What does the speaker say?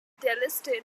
delisted